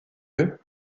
eux